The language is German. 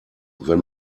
wenn